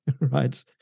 right